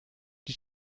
die